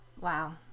Wow